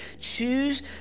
choose